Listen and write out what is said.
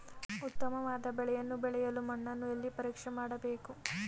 ಉತ್ತಮವಾದ ಬೆಳೆಯನ್ನು ಬೆಳೆಯಲು ಮಣ್ಣನ್ನು ಎಲ್ಲಿ ಪರೀಕ್ಷೆ ಮಾಡಬೇಕು?